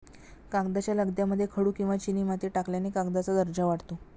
कागदाच्या लगद्यामध्ये खडू किंवा चिनीमाती टाकल्याने कागदाचा दर्जा वाढतो